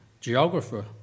geographer